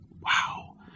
wow